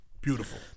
Beautiful